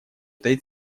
этой